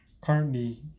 currently